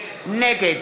נגד